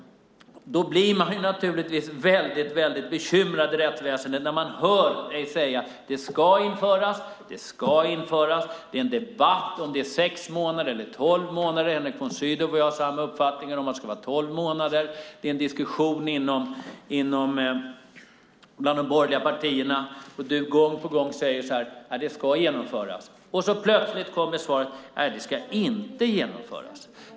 Då blir man naturligtvis bekymrad i rättsväsendet när man hör dig säga: Det ska införas. Det är en debatt om det är sex månader eller tolv månader. Henrik von Sydow och jag har samma uppfattning om att det ska vara tolv månader. Det är en diskussion bland de borgerliga partierna. Du säger gång på gång att det ska genomföras. Och så plötsligt kommer svaret: Nej, det ska inte genomföras.